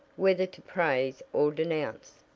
whether to praise or denounce.